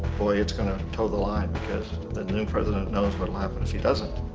boy it's gonna toe the line because that new president knows what will happen if he doesn't.